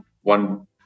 one